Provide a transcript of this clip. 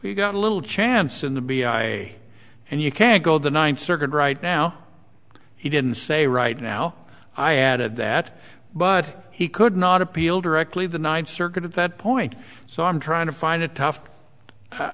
we got a little chance in the b i and you can't go the ninth circuit right now he didn't say right now i added that but he could not appeal directly the ninth circuit at that point so i'm trying to find a